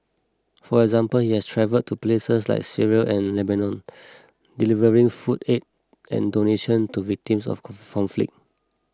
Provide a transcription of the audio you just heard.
for example he has travelled to places like Syria and Lebanon delivering food aid and donation to victims of conflict